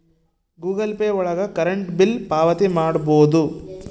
Google Pay ಒಳಗ current bill ಪಾವತಿ ಮಾಡ್ಬೋದು